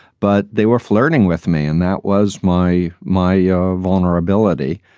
but they were flirting with me. and that was my my ah vulnerability.